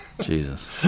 Jesus